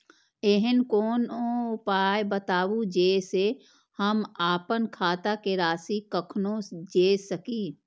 ऐहन कोनो उपाय बताबु जै से हम आपन खाता के राशी कखनो जै सकी?